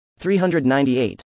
398